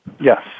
Yes